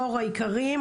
יו"ר האיכרים,